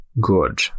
good